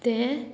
तें